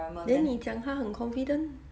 then 你讲他很 confident